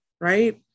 right